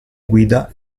guida